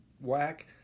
whack